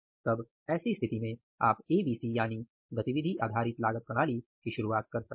तब ऐसी स्थिति में आप ABC यानी गतिविधि आधारित लागत प्रणाली की शुरुआत कर सकते हैं